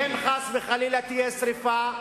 ואם חס וחלילה תהיה שרפה,